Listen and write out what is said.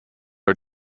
are